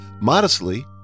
Modestly